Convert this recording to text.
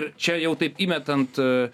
čia jau taip įmetant